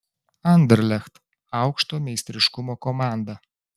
anderlecht aukšto meistriškumo komanda